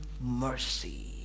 mercy